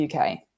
UK